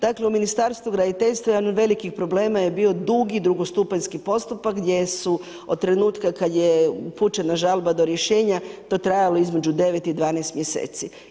Dakle u Ministarstvu graditeljstva je jedan od velikih problema bio dugi drugostupanjski postupak gdje su od trenutka kad je upućena žalba do rješenja to trajalo između 9 i 12 mjeseci.